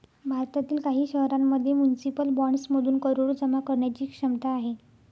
भारतातील काही शहरांमध्ये म्युनिसिपल बॉण्ड्समधून करोडो जमा करण्याची क्षमता आहे